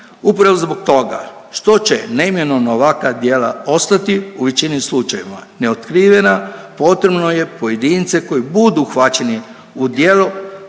Upravo zbog toga što će neminovna ovakva djela ostati u većini slučajeva neotkrivena potrebno je pojedince koji budu uhvaćeni u djelu